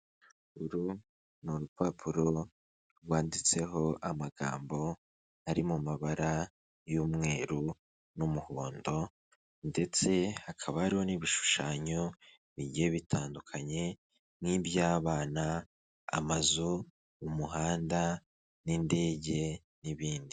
Uru ni urupapuro rwanditseho amagambo ari mu mabara y'umweru n'umuhondo ndetse hakaba hariho n'ibishushanyo bigiye bitandukanye n'iby'abana, amazu, umuhanda n'indege n'ibindi.